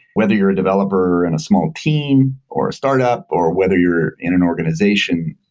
whether you're a developer in a small team, or a startup or whether you're in an organization,